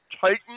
Titan